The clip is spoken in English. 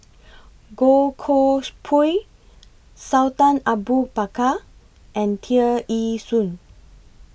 Goh Koh Pui Sultan Abu Bakar and Tear Ee Soon